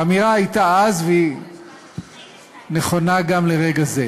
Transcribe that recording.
והאמירה הייתה אז, והיא נכונה גם לרגע זה: